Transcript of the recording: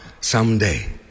someday